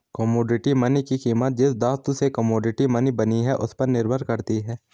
commodity money की कीमत जिस धातु से कोमोडिटी मनी बनी है उस पर निर्भर करती है